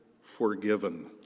forgiven